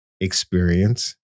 experience